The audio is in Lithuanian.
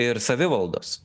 ir savivaldos